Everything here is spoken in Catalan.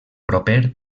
proper